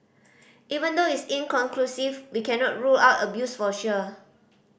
even though it's inconclusive we cannot rule out abuse for sure